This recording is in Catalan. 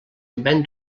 ven